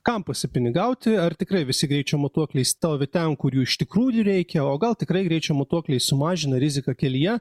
kam pasipinigauti ar tikrai visi greičio matuokliai stovi ten kur jų iš tikrųjų reikia o gal tikrai greičio matuokliai sumažina riziką kelyje